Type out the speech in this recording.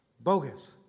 Bogus